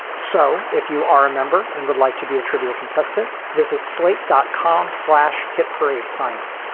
so if you are a member and would like to be a trivia contestant, visit slate dot com slash hit parade, sign up.